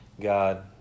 God